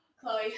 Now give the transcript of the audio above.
Chloe